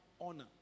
honor